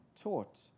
taught